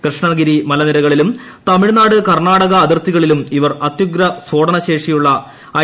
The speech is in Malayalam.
കൃഷ്ണഗിരി മലനിരകളിലും തമിഴ്നാട് കർണാടക അതിർത്തികളിലും ഇവർ അത്യുഗ്രസ്ഫോടന ശേഷിയുള്ള ഐ